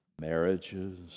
marriages